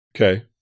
Okay